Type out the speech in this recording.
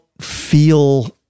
feel